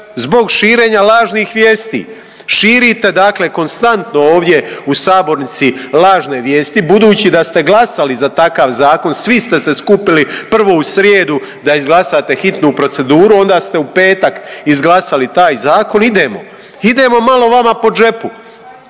zbog širenja lažnih vijesti. Širite dakle konstantno ovdje u sabornici lažne vijesti, budući da ste glasali za takav zakon svi ste se skupili prvo u srijedu da izglasate hitnu proceduru, onda ste u petak izglasali taj zakon. Idemo, idemo malo vama po džepu,